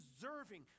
deserving